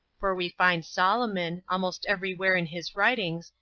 for we find solomon, almost every where in his writings,